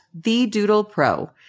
TheDoodlePro